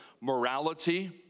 morality